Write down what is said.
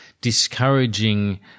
discouraging